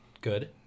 Good